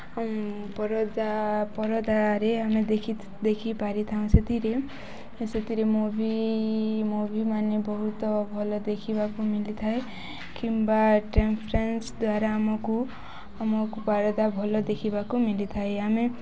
ପରଦା ପରଦାରେ ଆମେ ଦେଖି ଦେଖିପାରିଥାଉ ସେଥିରେ ସେଥିରେ ମୁଭି ମୁଭିମାନେ ବହୁତ ଭଲ ଦେଖିବାକୁ ମିଲିଥାଏ କିମ୍ବା ଦ୍ୱାରା ଆମକୁ ଆମକୁ ପରଦା ଭଲ ଦେଖିବାକୁ ମିଳିଥାଏ ଆମେ